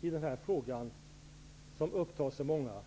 i den fråga som upptar så många.